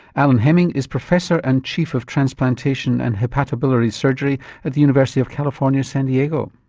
alan hemming is professor and chief of transplantation and hepatobiliary surgery at the university of california san diego.